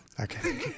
Okay